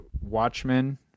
Watchmen